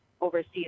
overseas